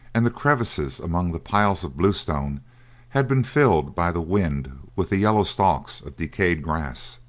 and the crevices among the piles of bluestones had been filled by the wind with the yellow stalks of decayed grass.